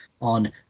on